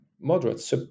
moderate